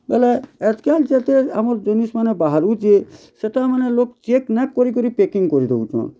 ବେଲେ ଆଏଜ୍ କାଏଲ୍ ଯେତେ ଆମର୍ ଜିନିଷ୍ ମାନେ ଆମର୍ ବାହାରୁଛେ ସେଟାମାନେ ଲୋକ୍ ଚେକ୍ ନାଇଁ କରି କରି ପେକିଂ କରିଦଉଛନ୍